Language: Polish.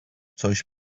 coś